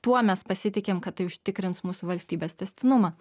tuo mes pasitikim kad tai užtikrins mūsų valstybės tęstinumą